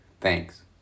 Thanks